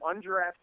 undrafted